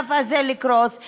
לענף הזה לקרוס,